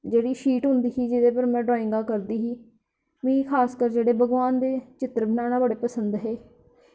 जेह्ड़ी शीट होंदी ही जेह्दे उप्पर में ड्राइंगां करदी ही मिगी खासकर जेह्ड़े भगवान दे चित्र बनाना बड़े पसंद हे